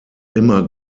immer